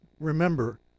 Remember